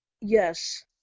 yes